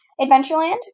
Adventureland